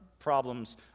problems